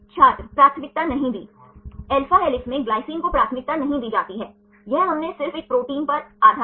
छात्र प्राथमिकता नहीं दी alpha हेलिक्स में ग्लाइसीन को प्राथमिकता नहीं दी जाती है यह हमने सिर्फ एक प्रोटीन पर आधारित किया